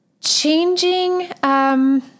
changing